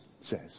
says